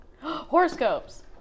Horoscopes